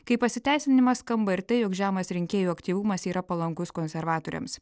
kaip pasiteisinimas skamba ir tai jog žemas rinkėjų aktyvumas yra palankus konservatoriams